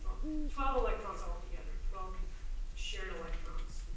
twelve electrons altogether. twelve shared electrons.